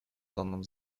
данном